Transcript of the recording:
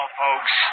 folks